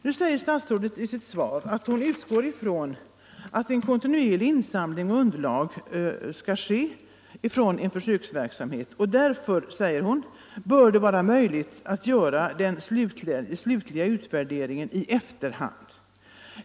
Nu säger statsrådet i sitt svar att hon utgår från att en kontinuerlig insamling av underlag för utvärdering sker i en försöksverksamhet och därför, säger hon, bör det vara möjligt att göra den slutliga utvärderingen i efterhand.